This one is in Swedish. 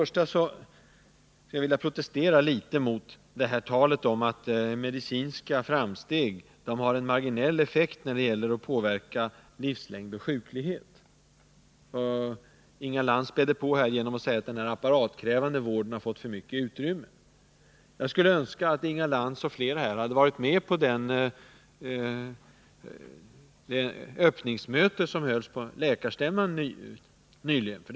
Först skulle jag vilja protestera mot talet att medicinska framsteg har ”en marginell effekt när det gäller att påverka livslängd och sjuklighet”. Inga Lantz spädde på i dag med att säga att den apparatkrävande vården har fått för mycket utrymme. Jag skulle önska att Inga Lantz och fler av riksdagens ledamöter hade varit med på läkarstämmans öppningsmöte nyligen.